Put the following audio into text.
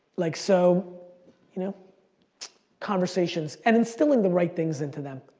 like so you know conversations and instilling the right things into them.